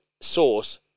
source